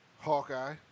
Hawkeye